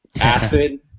acid